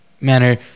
manner